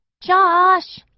Josh